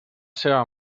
seva